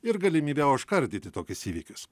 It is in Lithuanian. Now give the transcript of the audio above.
ir galimybę užkardyti tokius įvykius